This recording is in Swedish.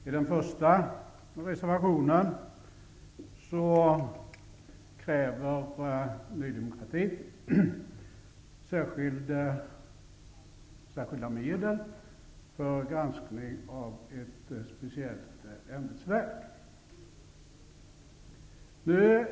I den första reservationen kräver Ny demokrati särskilda medel för granskning av ett speciellt ämbetsverk.